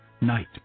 Night